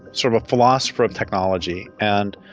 sort of a philosopher of technology and,